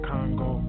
Congo